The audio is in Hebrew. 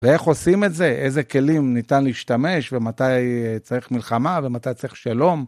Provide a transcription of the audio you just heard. ואיך עושים את זה, איזה כלים ניתן להשתמש ומתי צריך מלחמה ומתי צריך שלום.